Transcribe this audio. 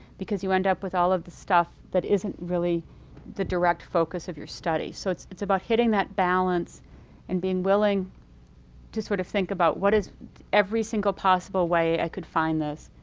because you end up with all of the stuff that isn't really the direct focus of your study. so it's it's about hitting that balance and being willing to sort of think about, what is every single possible way i could find this?